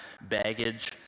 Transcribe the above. baggage